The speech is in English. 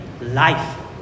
life